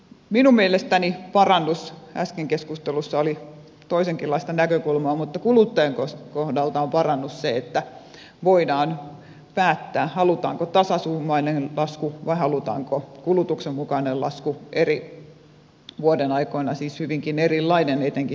minun mielestäni parannus äsken keskustelussa oli toisenkinlaista näkökulmaa kuluttajan kohdalta on se että voidaan päättää halutaanko tasasummainen lasku vai halutaanko kulutuksen mukainen lasku eri vuodenaikoina siis hyvinkin erilainen etenkin sähkölämmitteisissä taloissa